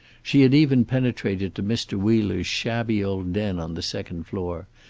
she had even penetrated to mr. wheeler's shabby old den on the second floor,